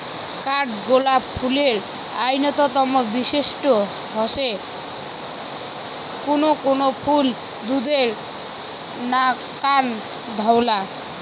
কাঠগোলাপ ফুলের অইন্যতম বৈশিষ্ট্য হসে কুনো কুনো ফুল দুধের নাকান ধওলা